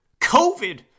covid